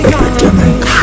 Epidemic